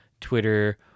Twitter